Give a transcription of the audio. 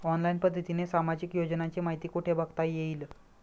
Online पद्धतीने सामाजिक योजनांची माहिती कुठे बघता येईल?